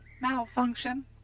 Malfunction